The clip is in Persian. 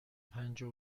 پجاه